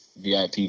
VIP